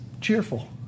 cheerful